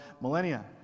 millennia